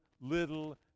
little